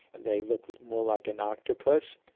they look more like an octopus.